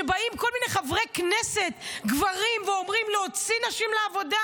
שבאים כל מיני חברי כנסת גברים ואומרים להוציא נשים לעבודה